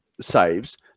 saves